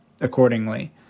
accordingly